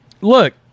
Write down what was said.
Look